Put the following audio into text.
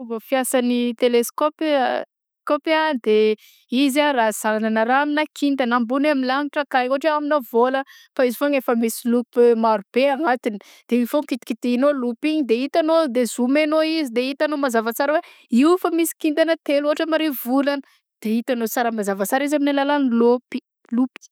Fiasan'ny teleskôpy skôpy a de izy raha zahagnana raha aminà kintana na ambony amy lagnitra akany ôhatra hoe aminà vaolagna fa izy foagna efa misy lopy maro be agnatiny de igny foagna kitikitianao lopy igny de itanao de zoomenao izy de itanao mazava tsara hoe io fa misy kintana telo ôtrany marivo volagna de itanao sara mazava sara izy amin'ny alalan'ny lopy.